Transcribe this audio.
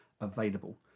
available